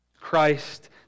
Christ